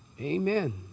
Amen